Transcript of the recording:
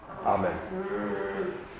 amen